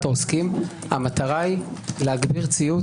העוסקים - המטרה היא להגביר ציות